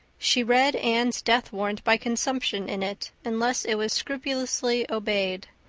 she read anne's death warrant by consumption in it unless it was scrupulously obeyed.